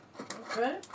Okay